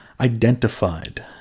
Identified